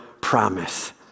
promise